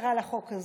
מטרה לחוק הזה,